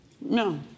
No